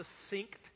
succinct